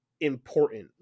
important